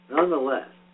Nonetheless